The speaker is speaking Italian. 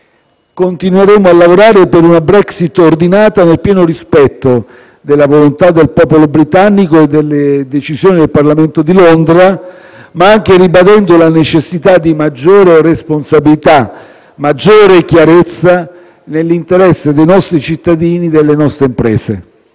continueremo a lavorare per una Brexit ordinata, nel pieno rispetto della volontà del popolo britannico e delle decisioni del Parlamento di Londra, ma anche ribadendo la necessità di maggiore responsabilità e di maggiore chiarezza nell'interesse dei nostri cittadini e delle nostre imprese.